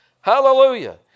Hallelujah